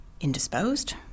indisposed